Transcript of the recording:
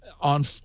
on